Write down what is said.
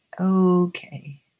okay